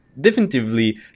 definitively